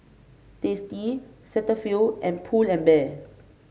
Tasty Cetaphil and Pull and Bear